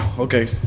Okay